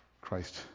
Christ